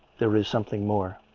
there is something more.